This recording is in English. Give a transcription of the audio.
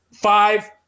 five